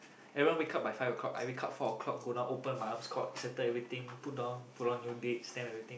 everyone wake up by five o-clock I wake up four o-clock go down open my armskote settle everything put down put on new dates stamp everything